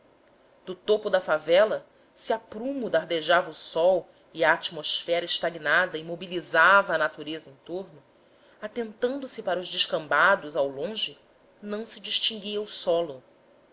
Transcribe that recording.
do topo da favela se a prumo dardejava o sol e a atmosfera estagnada imobilizava a natureza em torno atentando se para os descampados ao longe não se distinguia o solo